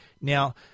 Now